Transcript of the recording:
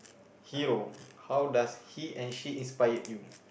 hero how does he and she inspired you